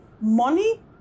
money